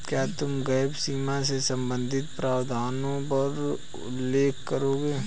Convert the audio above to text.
क्या तुम गैप सीमा से संबंधित प्रावधानों का उल्लेख करोगे?